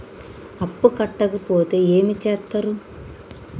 అప్పు కట్టకపోతే ఏమి చేత్తరు?